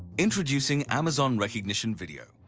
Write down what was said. introducing amazon rekognition video.